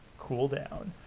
cooldown